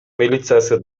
милициясы